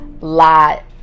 lot